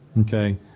okay